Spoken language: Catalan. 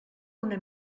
una